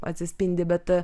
atsispindi bet